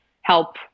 help